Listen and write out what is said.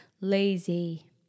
lazy